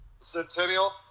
Centennial